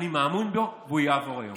אני מאמין בו, והוא יעבור היום.